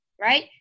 right